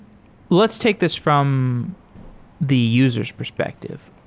let's take this from the user s perspective.